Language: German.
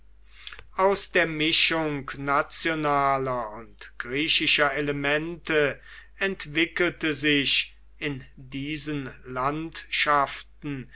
aus der mischung nationaler und griechischer elemente entwickelte sich in diesen landschaften